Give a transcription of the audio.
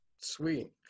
Sweet